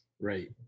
Right